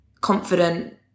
confident